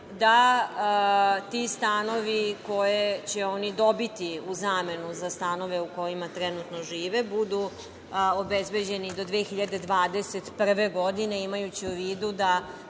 da ti stanovi, koje će oni dobiti u zamenu za stanove u kojima trenutno žive, budu obezbeđeni do 2021. godine, imajući u vidu da